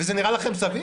וזה נראה לכם סביר?